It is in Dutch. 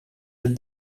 het